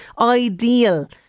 Ideal